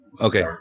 Okay